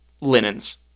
linens